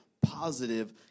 positive